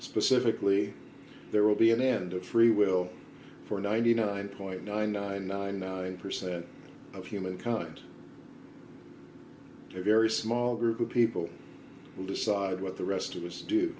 specifically there will be an end of free will for ninety nine point nine nine nine nine percent of humankind a very small group of people will decide what the rest of us do